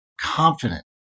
confident